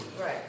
Right